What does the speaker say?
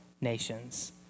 nations